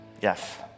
yes